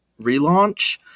relaunch